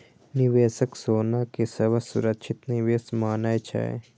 निवेशक सोना कें सबसं सुरक्षित निवेश मानै छै